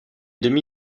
demi